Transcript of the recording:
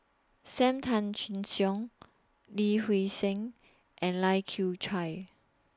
SAM Tan Chin Siong Lee Seng and Lai Kew Chai